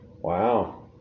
Wow